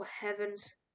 heavens